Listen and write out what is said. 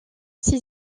ses